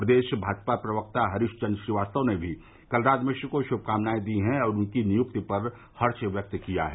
प्रदेश भाजपा प्रवक्ता हरीश चन्द्र श्रीवास्तव ने भी कलराज मिश्र को शुभकामनायें दी हैं और उनकी नियुक्ति पर हर्ष व्यक्त किया है